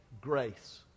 grace